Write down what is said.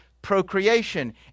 procreation